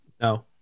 No